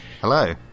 Hello